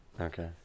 Okay